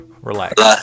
relax